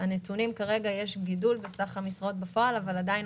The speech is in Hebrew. הנתונים כרגע: יש גידול בסך המשרות בפועל אבל אתם